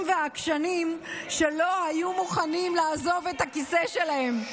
והעקשנים שלא היו מוכנים לעזוב את הכיסא שלהם.